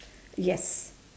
yes